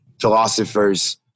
philosophers